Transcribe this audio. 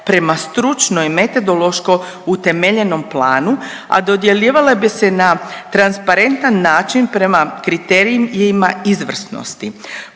prema stručnoj metodološko utemeljenom planu, a dodjeljivale bi se na transparentan način prema kriterijima izvrsnosti.